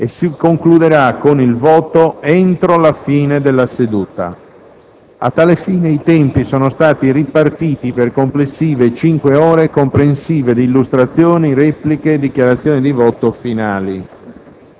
e si concluderà con il voto entro la fine della seduta. A tal fine i tempi sono stati ripartiti per complessive cinque ore, comprensive di illustrazioni, repliche e dichiarazioni di voto finali.